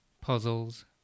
Puzzles